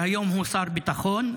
שהיום הוא שר ביטחון,